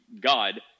God